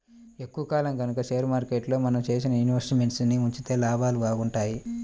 ఎక్కువ కాలం గనక షేర్ మార్కెట్లో మనం చేసిన ఇన్వెస్ట్ మెంట్స్ ని ఉంచితే లాభాలు బాగుంటాయి